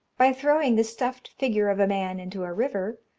by throwing the stuffed figure of a man into a river,